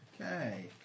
Okay